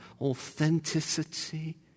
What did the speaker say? authenticity